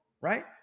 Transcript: right